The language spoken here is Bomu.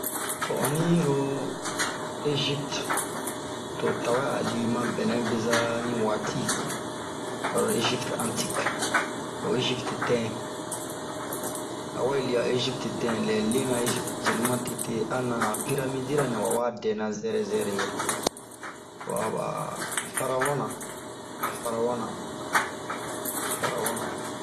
O ɔniyilo Ezipiti, to'o tawɛ a'o lii ma bɛnɛ bezaa li wati, baro egipte antike, ho egipiti dɛn, awa dia egipiti dɛn, lɛ leena egipiti yenu ma tete a han piramidi ra nɛ wawa dɛna zɛrɛ zɛrɛ.